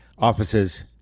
Offices